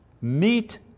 meet